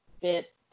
bit